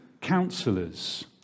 counselors